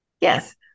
Yes